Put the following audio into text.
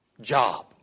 job